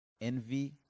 envy